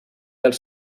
als